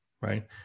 right